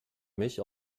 mich